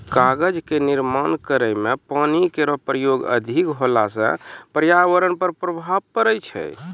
कागज क निर्माण करै म पानी केरो प्रयोग अधिक होला सँ पर्यावरण पर प्रभाव पड़ै छै